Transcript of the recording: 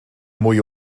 mwy